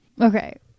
Okay